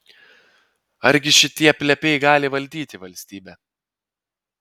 argi šitie plepiai gali valdyti valstybę